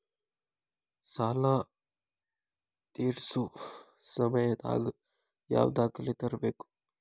ಸಾಲಾ ತೇರ್ಸೋ ಸಮಯದಾಗ ಯಾವ ದಾಖಲೆ ತರ್ಬೇಕು?